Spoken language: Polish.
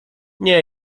nie